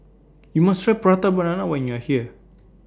YOU must Try Prata Banana when YOU Are here